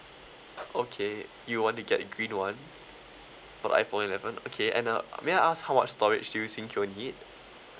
okay you want to get the green one for iphone eleven okay and uh may I ask how much storage do you think you will need